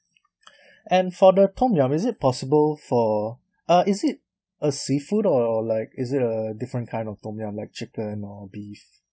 and for the tom yum is it possible for uh is it a seafood or like is it a different kind of tom yum like chicken or beef